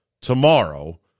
tomorrow